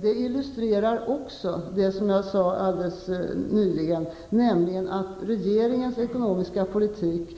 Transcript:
Detta illustrerar även det som jag sade alldeles nyss, nämligen att regeringens ekonomiska politik